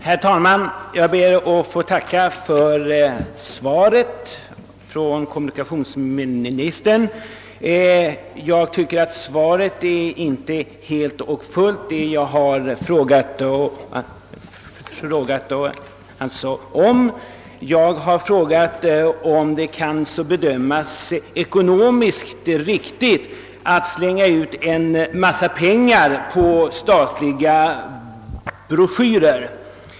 Herr talman! Jag ber att få tacka kommunikationsministern för svaret på min fråga. Jag tycker dock inte att svaret är fullständigt. Jag har frågat om det kan bedömas ekonomiskt riktigt att slänga ut en massa pengar på statliga broschyrer.